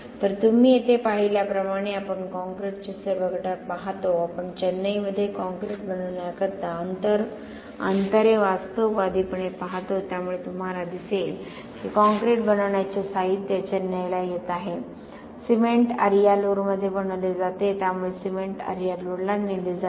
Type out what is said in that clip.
तर तुम्ही येथे पाहिल्याप्रमाणे आपण काँक्रीटचे सर्व घटक पाहतो आपण चेन्नईमध्ये काँक्रीट बनवण्याकरता अंतरे वास्तववादीपणे पाहतो त्यामुळे तुम्हाला दिसेल की काँक्रीट बनवण्याचे साहित्य चेन्नईला येत आहे सिमेंट अरियालूरमध्ये बनवले जाते त्यामुळे सिमेंट अरियालूरला नेले जाते